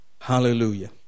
Hallelujah